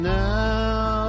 now